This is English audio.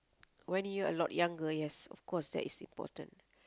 when you're a lot younger yes of course that is important